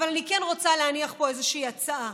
אבל אני כן רוצה להניח פה איזושהי הצעה.